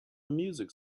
music